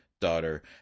daughter